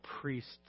priest